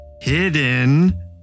hidden